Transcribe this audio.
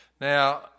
Now